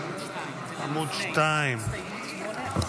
אין הסתייגות 2 לא נתקבלה.